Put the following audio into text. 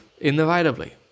Inevitably